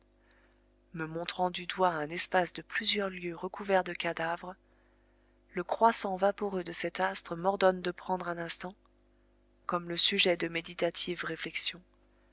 me montrant du doigt un espace de plusieurs lieues recouvert de cadavres le croissant vaporeux de cet astre m'ordonne de prendre un instant comme le sujet de méditatives réflexions